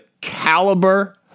caliber